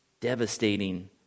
devastating